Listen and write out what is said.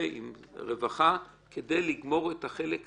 עם רווחה, כדי לגמור את החלק הכספי.